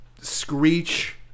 screech